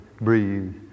breathe